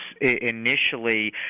initially